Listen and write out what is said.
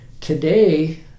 Today